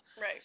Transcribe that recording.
right